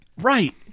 Right